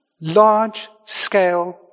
Large-scale